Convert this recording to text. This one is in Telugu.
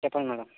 చెప్పండి మేడమ్